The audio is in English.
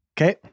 Okay